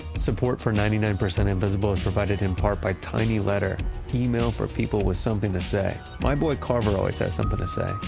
support for ninety nine percent invisible is provided in part by tiny letter email for people with something to say. my boy carver always has something to say.